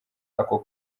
ako